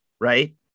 right